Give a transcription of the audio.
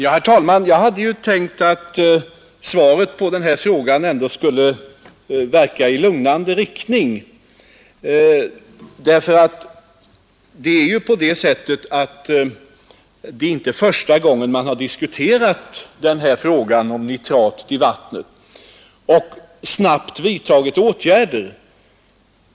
Herr talman! Jag hade tänkt att svaret på denna fråga ändå skulle verka i lugnande riktning. Det är ju inte första gången man har diskuterat frågan om nitrat i vattnet och snabbt vidtagit ätgärder.